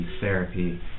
therapy